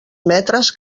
metres